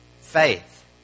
faith